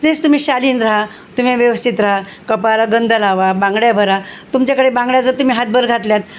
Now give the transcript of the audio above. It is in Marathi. जेच तुम्ही शालीन रहा तुम्ही व्यवस्थित रहा कपाळाला गंंध लावा बांगड्या भरा तुमच्याकडे बांगड्या जर तुम्ही हातभर घातल्यात